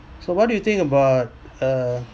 so what do you think about uh